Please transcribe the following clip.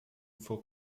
for